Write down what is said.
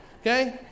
okay